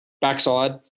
backside